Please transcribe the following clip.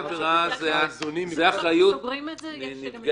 לפני שאנחנו סוגרים את זה, יש גם נפגעי עבירה.